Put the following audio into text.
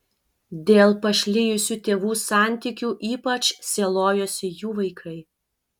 dėl pašlijusių tėvų santykių ypač sielojosi jų vaikai